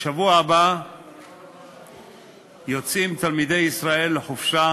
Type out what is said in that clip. בשבוע הבא יוצאים תלמידי ישראל לחופשה,